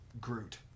Groot